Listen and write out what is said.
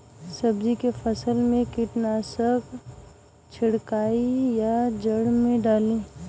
सब्जी के फसल मे कीटनाशक छिड़काई या जड़ मे डाली?